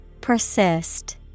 Persist